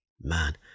Man